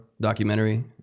documentary